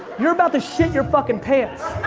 you're about to shit your fucking pants.